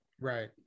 right